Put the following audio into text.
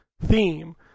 theme